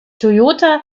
toyota